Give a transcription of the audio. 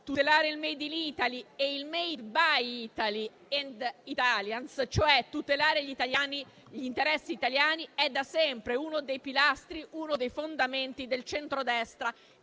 Tutelare il *made in Italy* e il *made by Italy and italians*, cioè tutelare gli italiani e gli interessi italiani, è da sempre uno dei pilastri e uno dei fondamenti del centrodestra